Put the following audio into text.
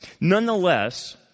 Nonetheless